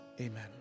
amen